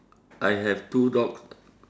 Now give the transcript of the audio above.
I have two dog